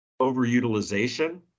overutilization